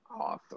Awesome